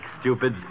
stupid